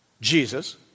Jesus